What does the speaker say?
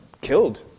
killed